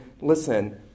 listen